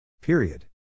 Period